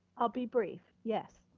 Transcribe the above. i'll be brief, yes.